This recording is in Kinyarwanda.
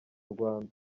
rwanda